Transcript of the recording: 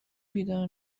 بیدار